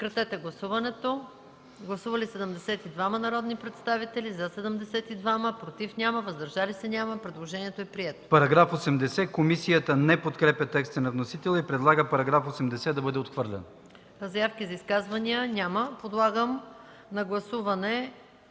Заявки за изказвания? Няма. Подлагам на гласуване